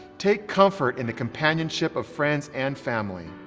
take comfort in the companionship of friends and family.